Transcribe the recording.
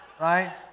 Right